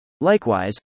Likewise